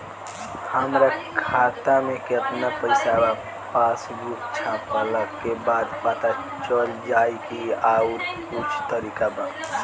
हमरा खाता में केतना पइसा बा पासबुक छपला के बाद पता चल जाई कि आउर कुछ तरिका बा?